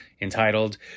entitled